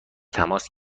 تماس